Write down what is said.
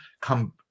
come